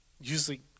usually